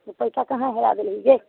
ई पैसा कहाँ है याद